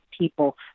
people